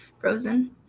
frozen